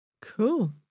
Cool